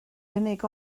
unig